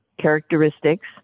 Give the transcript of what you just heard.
characteristics